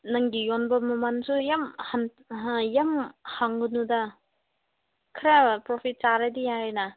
ꯅꯪꯒꯤ ꯌꯣꯟꯕ ꯃꯃꯜꯁꯨ ꯌꯥꯝ ꯌꯥꯝ ꯍꯪꯕꯗꯨꯗ ꯈꯔ ꯄ꯭ꯔꯣꯐꯤꯠ ꯆꯥꯔꯗꯤ ꯌꯥꯔꯦꯅ